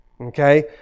okay